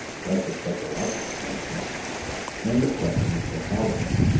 less a psychological question than the question of psychology.